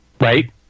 Right